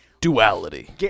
Duality